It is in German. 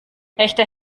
echte